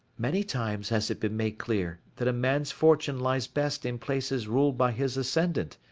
many times has it been made clear that a man's fortune lies best in places ruled by his ascendant,